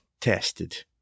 tested